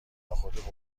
نخود